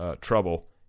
trouble